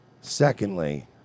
Secondly